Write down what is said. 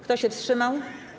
Kto się wstrzymał?